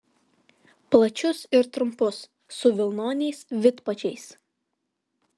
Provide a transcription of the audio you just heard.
plačius ir trumpus su vilnoniais vidpadžiais